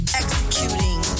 executing